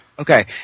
Okay